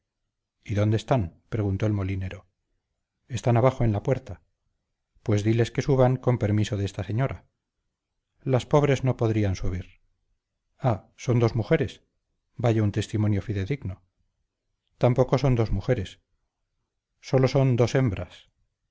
y dónde están preguntó el molinero están abajo en la puerta pues diles que suban con permiso de esta señora las pobres no pueden subir ah son dos mujeres vaya un testimonio fidedigno tampoco son dos mujeres sólo son dos hembras